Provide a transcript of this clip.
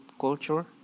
culture